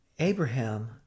Abraham